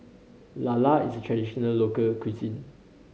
lala is a traditional local cuisine